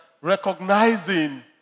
recognizing